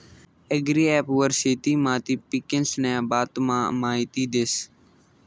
agri app वर शेती माती पीकेस्न्या बाबतमा माहिती देस